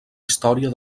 història